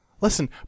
listen